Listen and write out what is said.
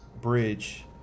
bridge